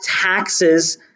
taxes